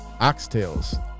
Oxtails